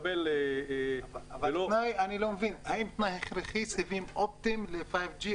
תנאי הכרחי סיבים אופטיים ל-5G?